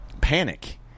panic